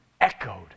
echoed